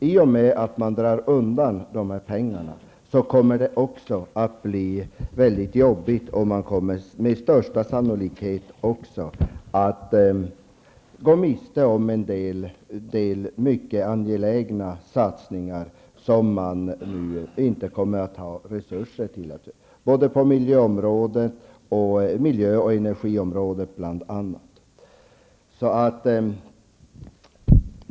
I och med att man drar undan dessa pengar, kommer det att bli mycket jobbigt. Med största sannolikhet kommer näringen att gå miste om en del mycket angelägna satsningar, som det inte kommer att finnas resurser till. Det gäller satsningar på bl.a. miljö och energiområdet.